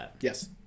yes